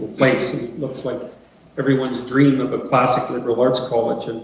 like so looks like everyone's dream of a classic liberal arts college. and